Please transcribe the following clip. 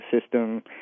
system